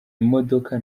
imodoka